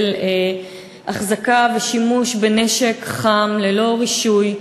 של החזקה ושימוש בנשק חם ללא רישוי,